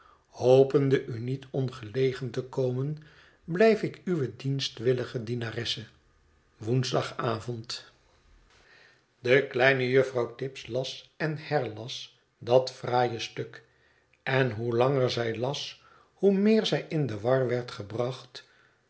hopende u niet ongelegen te komen blijf ik uw dienstwillige dienaresse woensdag avond de kleine juffrouw tibbs las en herlas dat fraaie stuk en hoe langer zij las hoe meer zij in de war werd gebracht